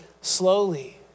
slowly